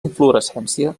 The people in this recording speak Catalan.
inflorescència